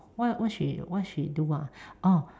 what she what she do ah